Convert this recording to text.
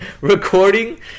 recording